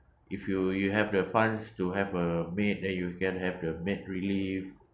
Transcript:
if you you have the funds to have a maid then you can have the maid relief